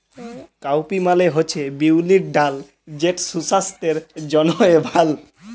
cowpea মালে হছে বিউলির ডাল যেট সুসাস্থের জ্যনহে ভাল